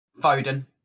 Foden